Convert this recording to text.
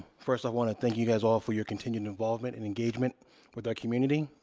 first, i want to thank you guys all for your continued involvement and engagement with our community.